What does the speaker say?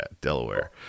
Delaware